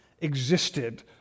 existed